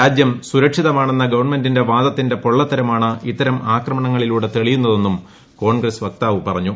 രാജ്യം സുരക്ഷിതമാണെന്ന ഗവണ്മെന്റിന്റെ വാദത്തിന്റെ പൊള്ളത്തരമാണ് ഇത്തരം ആക്രമണങ്ങളിലൂടെ തെളിയന്നതെന്നും കോൺഗ്രസ് വക്താവ് പറഞ്ഞു